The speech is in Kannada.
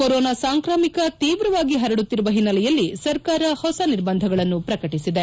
ಕೊರೊನಾ ಸಾಂಕ್ರಾಮಿಕ ತೀವ್ರವಾಗಿ ಹರಡುತ್ತಿರುವ ಹಿನ್ನೆಲೆಯಲ್ಲಿ ಸರ್ಕಾರ ಹೊಸ ನಿರ್ಬಂಧಗಳನ್ನು ಪ್ರಕಟಿಸಿದೆ